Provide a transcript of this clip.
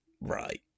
Right